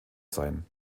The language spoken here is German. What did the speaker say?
sein